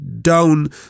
down